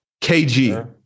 KG